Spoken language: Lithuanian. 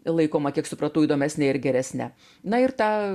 laikoma kiek supratau įdomesne ir geresne na ir ta